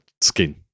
skin